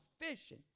fishing